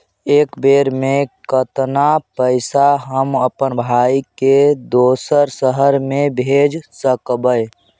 एक बेर मे कतना पैसा हम अपन भाइ के दोसर शहर मे भेज सकबै?